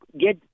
get